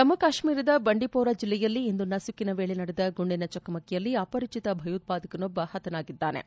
ಜಮ್ಮ ಕಾಶ್ಮೀರದ ಬಂಡೀಷೋರ ಜಿಲ್ಲೆಯಲ್ಲಿ ಇಂದು ನಸುಕಿನ ವೇಳೆ ನಡೆದ ಗುಂಡಿನ ಚಕಮಕಿಯಲ್ಲಿ ಅಪರಿಚಿತ ಭಯೋತ್ವಾಕನೊಬ್ಬ ಹತನಾಗಿದ್ದಾನೆ